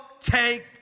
take